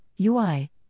UI